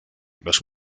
los